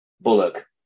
Bullock